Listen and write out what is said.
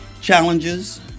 challenges